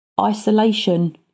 Isolation